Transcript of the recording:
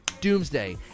Doomsday